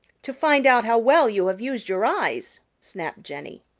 to find out how well you have used your eyes, snapped jenny.